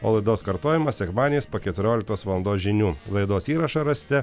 o laidos kartojimas sekmadieniais po keturioliktos valandos žinių laidos įrašą rasite